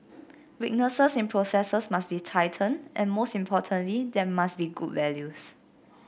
weaknesses in processes must be tightened and most importantly there must be good values